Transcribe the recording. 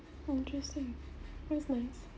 interesting that's nice